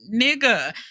nigga